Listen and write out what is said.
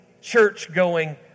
church-going